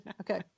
Okay